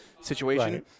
situation